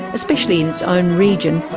especially in its own region,